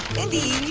mindy,